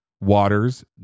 waters